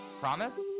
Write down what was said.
Promise